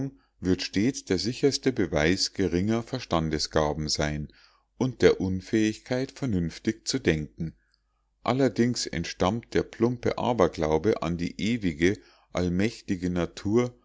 wird stets der sicherste beweis geringer verstandesgaben sein und der unfähigkeit vernünftig zu denken allerdings entstammt der plumpe aberglaube an die ewige allmächtige natur